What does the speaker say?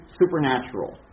supernatural